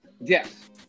Yes